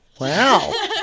Wow